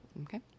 Okay